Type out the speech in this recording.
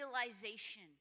realization